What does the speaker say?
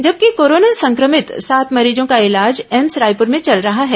जबकि कोरोना संक्रमित सात मरीजों का इलाज एम्स रायपुर में चल रहा है